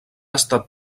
estat